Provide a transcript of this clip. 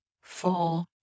four